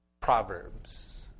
Proverbs